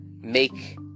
make